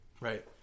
Right